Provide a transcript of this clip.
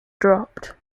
dropped